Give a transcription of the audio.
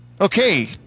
Okay